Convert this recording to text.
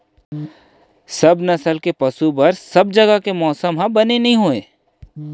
सब नसल के पसु बर सब जघा के मौसम ह बने नइ होवय